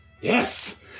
yes